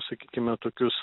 sakykime tokius